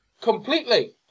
Completely